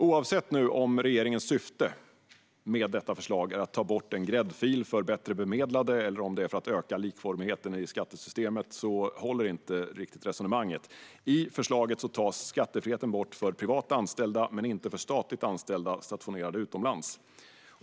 Oavsett om regeringens syfte med förslaget är att ta bort en gräddfil för bättre bemedlade eller att öka likformigheten i skattesystemet håller inte resonemanget. I förslaget tas skattefriheten bort för privat anställda men inte för statligt anställda stationerade utomlands.